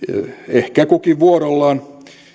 ehkä kukin vuorollamme